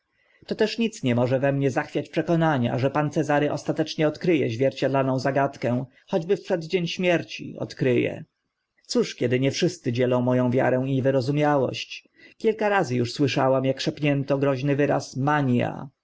śmieszności toteż nic nie może we mnie zachwiać przekonania że pan cezary ostatecznie odkry e zwierciadlaną zagadkę choćby w przeddzień śmierci odkry e cóż kiedy nie wszyscy dzielą mo ą wiarę i wyrozumiałość kilka razy uż słyszałam ak szepnięto groźny wyraz